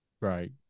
Right